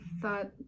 thought